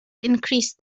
increased